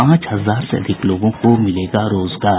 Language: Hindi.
पांच हजार से अधिक लोगों को मिलेंगे रोजगार